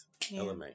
LMA